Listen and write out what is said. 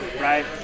right